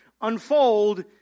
unfold